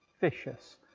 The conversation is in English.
vicious